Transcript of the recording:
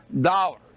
dollars